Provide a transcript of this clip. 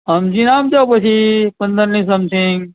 હમજી ન આપજો પછી પંદરની સમથિંગ